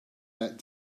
that